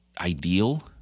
ideal